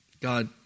God